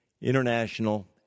international